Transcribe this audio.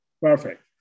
Perfect